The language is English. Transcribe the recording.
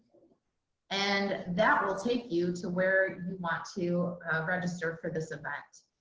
and that will take you to where you want to register for this event.